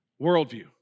worldview